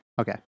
Okay